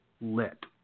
lit